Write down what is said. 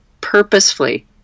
purposefully